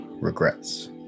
regrets